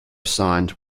signed